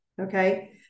okay